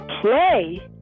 play